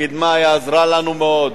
הקידמה עזרה לנו מאוד,